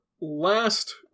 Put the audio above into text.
last